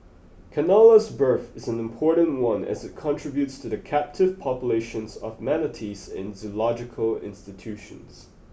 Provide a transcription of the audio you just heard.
canola's birth is an important one as it contributes to the captive populations of manatees in zoological institutions